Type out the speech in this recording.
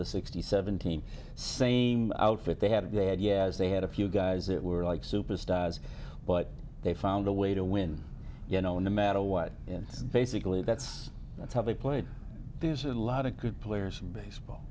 the sixty seventeen same outfit they had dad yaz they had a few guys that were like superstars but they found a way to win you know no matter what and basically that's that's how they played there's a lot of good players in baseball